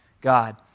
God